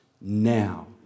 now